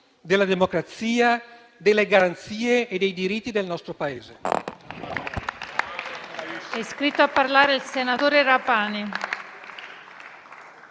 della democrazia, delle garanzie e dei diritti del nostro Paese.